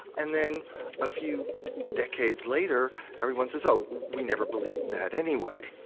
and then a few decades later everyone says oh, we never believed that anyway.